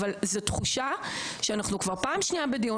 אבל זו תחושה שאנחנו כבר פעם שנייה בדיון